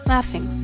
Laughing